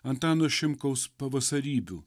antano šimkaus pavasarybių